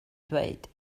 dweud